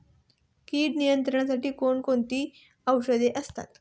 कीड नियंत्रणासाठी कोण कोणती औषधे असतात?